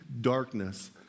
darkness